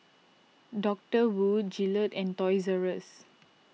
Doctor Wu Gillette and Toys Rus